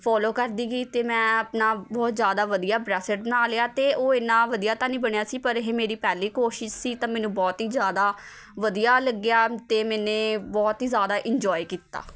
follow ਕਰਦੀ ਗਈ ਅਤੇ ਮੈਂ ਆਪਣਾ ਬਹੁਤ ਜ਼ਿਆਦਾ ਵਧੀਆ ਬਰੈਸਲੇਟ ਬਣਾ ਲਿਆ ਅਤੇ ਓਹ ਇੰਨਾਂ ਵਧੀਆ ਤਾਂ ਨਹੀਂ ਬਣਿਆ ਸੀ ਪਰ ਇਹ ਮੇਰੀ ਪਹਿਲੀ ਕੋਸ਼ਿਸ਼ ਸੀ ਤਾਂ ਮੈਨੂੰ ਬਹੁਤ ਹੀ ਜ਼ਿਆਦਾ ਵਧੀਆ ਲੱਗਿਆ ਅਤੇ ਮੈਨੇ ਬਹੁਤ ਹੀ ਜ਼ਿਆਦਾ ਇੰਨਜੋਆਏ ਕੀਤਾ